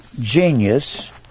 genius